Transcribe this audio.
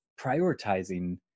prioritizing